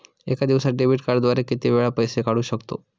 एका दिवसांत डेबिट कार्डद्वारे किती वेळा पैसे काढू शकतो?